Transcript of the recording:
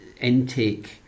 intake